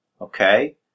Okay